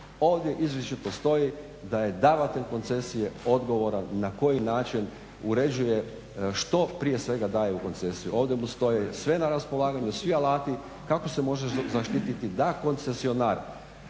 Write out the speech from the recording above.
Ovdje izvješće postoji da je davatelj koncesije odgovoran na koji način uređuje što prije svega daje u koncesiju. Ovdje mu stoji sve na raspolaganju, svi alati kako se može zaštititi da koncesionar